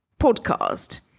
podcast